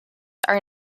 are